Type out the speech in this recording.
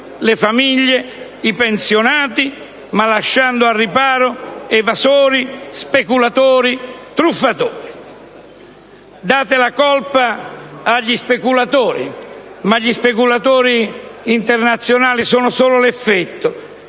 le famiglie, i pensionati ma lasciando al riparo evasori, speculatori, truffatori. Date la colpa agli speculatori, ma gli speculatori internazionali sono solo l'effetto;